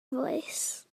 voice